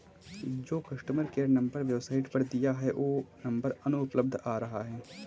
जो customer care number website पर दिया है वो नंबर अनुपलब्ध आ रहा है